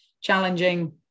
challenging